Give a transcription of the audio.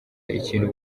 ikintu